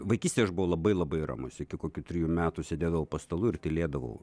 vaikystėj aš buvau labai labai ramus iki kokių trijų metų sėdėdavau po stalu ir tylėdavau